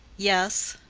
yes.